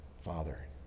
Father